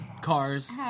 cars